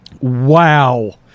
Wow